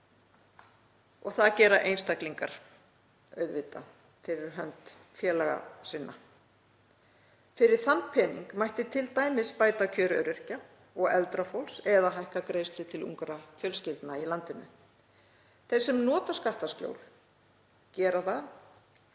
Og það gera einstaklingar auðvitað fyrir hönd félaga sinna. Fyrir þann pening mætti t.d. bæta kjör öryrkja og eldra fólks eða hækka greiðslur til ungra fjölskyldna í landinu. Þeir sem nota skattaskjól gera það